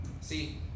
see